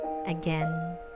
Again